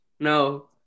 No